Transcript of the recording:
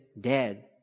dead